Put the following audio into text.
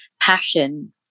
passion